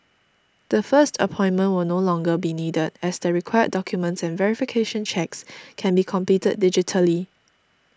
the first appointment will no longer be needed as the required documents and verification checks can be completed digitally